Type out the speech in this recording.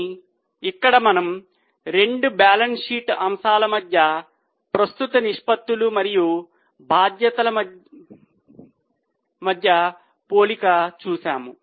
కానీ ఇక్కడ మనము రెండు బ్యాలెన్స్ షీట్ అంశాల మధ్య ప్రస్తుత ఆస్తులు మరియు బాధ్యతల మధ్య పోల్చాము